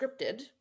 scripted